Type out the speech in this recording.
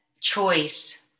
choice